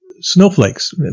snowflakes